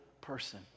person